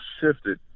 shifted